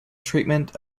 treatment